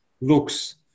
looks